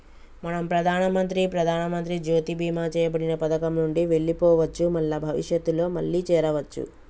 మనం ప్రధానమంత్రి ప్రధానమంత్రి జ్యోతి బీమా చేయబడిన పథకం నుండి వెళ్లిపోవచ్చు మల్ల భవిష్యత్తులో మళ్లీ చేరవచ్చు